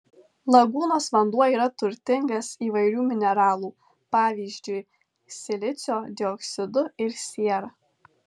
lagūnos vanduo yra turtingas įvairių mineralų pavyzdžiui silicio dioksidu ir siera